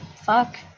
fuck